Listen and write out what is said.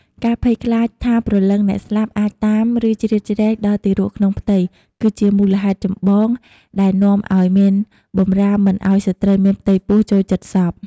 ការភ័យខ្លាចថាព្រលឹងអ្នកស្លាប់អាច តាម ឬជ្រៀតជ្រែក ដល់ទារកក្នុងផ្ទៃ គឺជាមូលហេតុចម្បងដែលនាំឲ្យមានបម្រាមមិនឲ្យស្ត្រីមានផ្ទៃពោះចូលជិតសព។